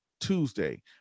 Tuesday